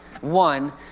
one